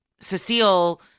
Cecile